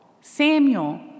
Samuel